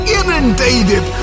inundated